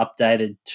updated